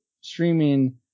streaming